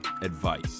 advice